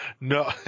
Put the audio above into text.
No